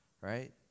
right